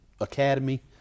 academy